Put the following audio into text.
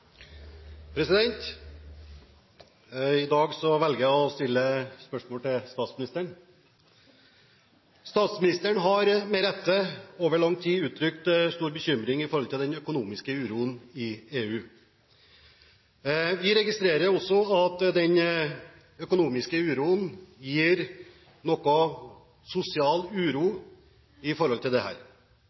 I dag velger jeg å stille spørsmål til statsministeren. Statsministeren har med rette over lang tid uttrykt stor bekymring i forhold til den økonomiske uroen i EU. Vi registrerer også at den økonomiske uroen gir noe sosial uro i